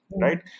right